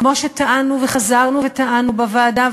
כמו שטענו וחזרנו וטענו בוועדה,